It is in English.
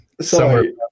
sorry